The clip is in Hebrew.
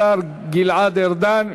השר גלעד ארדן.